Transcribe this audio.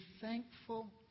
thankful